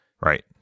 Right